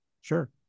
Sure